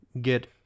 get